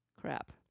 crap